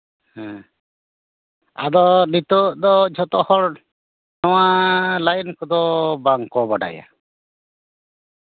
ᱟᱫᱚ ᱱᱤᱛᱚᱜ ᱫᱚ ᱡᱚᱛᱚ ᱦᱚᱲ ᱱᱚᱶᱟ ᱞᱟᱹᱭᱤᱱ ᱠᱚᱫᱚ ᱵᱟᱝ ᱠᱚ ᱵᱟᱰᱟᱭᱟ